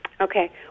okay